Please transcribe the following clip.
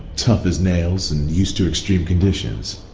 tough as nails and used to extreme conditions.